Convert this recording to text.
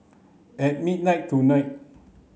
at midnight tonight